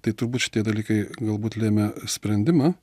tai turbūt šitie dalykai galbūt lėmė sprendimą